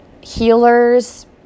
healers